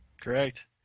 Correct